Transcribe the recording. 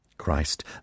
Christ